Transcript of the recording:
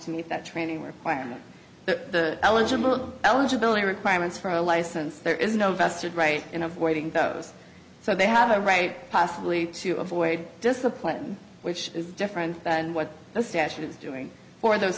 to meet that training requirement the eligible eligibility requirements for a license there is no vested right in avoiding those so they have a right possibly to avoid discipline which is different and what the statute is doing for those